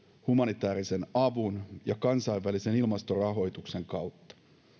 humanitäärisen avun ja kansainvälisen ilmastorahoituksen kautta